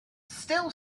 still